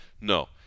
No